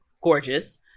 gorgeous